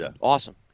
awesome